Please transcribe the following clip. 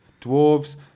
dwarves